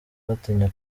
batinya